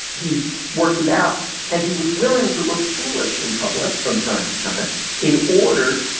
he worked it out and he was willing to look foolish in public from time to time in order